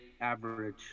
average